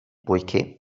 poiché